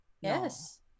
Yes